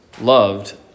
loved